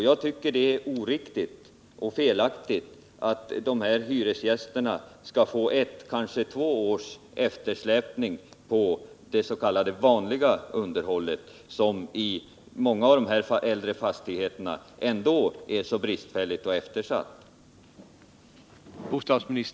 Jag tycker det vore oriktigt och felaktigt om hyresgästerna i dessa fastigheter skulle få ett eller kanske två års eftersläpning när det gäller det s.k. vanliga underhållet, som i många av fastigheterna redan nu är bristfälligt och eftersatt.